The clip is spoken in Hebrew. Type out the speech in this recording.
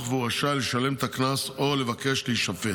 והוא רשאי לשלם את הקנס או לבקש להישפט.